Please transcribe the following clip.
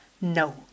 No